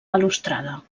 balustrada